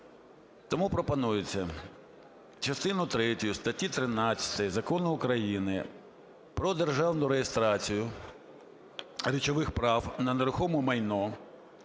тому пропонується частину третю статті 13 Закону України "Про державну реєстрацію речових прав на нерухоме майно